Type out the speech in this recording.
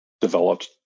developed